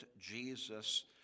Jesus